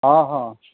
ହଁ ହଁ